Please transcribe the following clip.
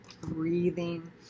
breathing